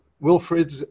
Wilfred